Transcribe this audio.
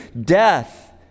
death